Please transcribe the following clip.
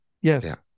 yes